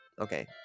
Okay